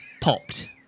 popped